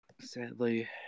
sadly